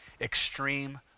extreme